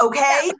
Okay